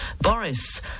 Boris